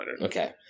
Okay